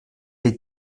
est